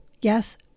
Yes